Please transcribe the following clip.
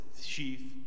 sheath